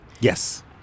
yes